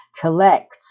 collect